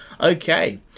Okay